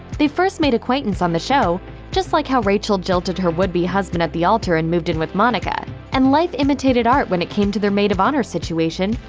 they first made acquaintance on the show just like how rachel jilted her would-be husband at the altar and moved in with monica. and life imitated art when it came to their maid of honor situation,